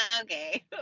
okay